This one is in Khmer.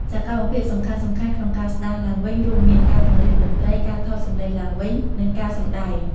សកម្មភាពសំខាន់ៗក្នុងកាស្ដារឡើងវិញរួមមាន ការបង្រៀនតន្ត្រី ការថតសំឡេងឡើងវិញ និងការសម្តែង។